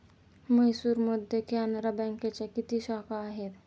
म्हैसूरमध्ये कॅनरा बँकेच्या किती शाखा आहेत?